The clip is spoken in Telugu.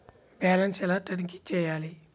బ్యాలెన్స్ ఎలా తనిఖీ చేయాలి?